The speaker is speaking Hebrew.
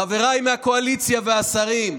חבריי מהקואליציה והשרים,